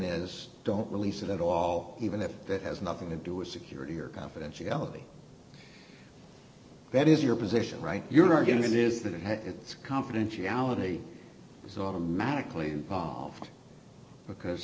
is don't release it at all even if that has nothing to do with security or confidentiality that is your position right your argument is that it has its confidentiality is automatically involved because